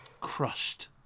crushed